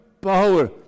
power